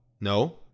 No